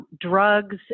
Drugs